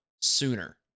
sooner